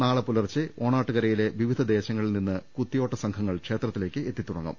നാളെ പുലർച്ചെ ഓണാട്ടുകരയിലെ വിവിധ ദേശങ്ങളിൽ നിന്ന് കുത്തിയോട്ട സംഘങ്ങൾ ക്ഷേത്രത്തിലേക്ക് എത്തിത്തുട ങ്ങും